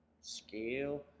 scale